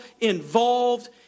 involved